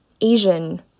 Asian